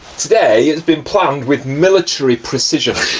today has been planned with military precision.